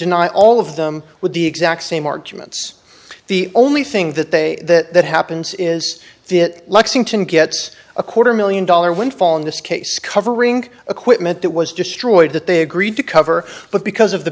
deny all of them with the exact same arguments the only thing that they that happens is the lexington gets a quarter million dollar windfall in this case covering equipment that was destroyed that they agreed to cover but because of the